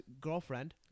girlfriend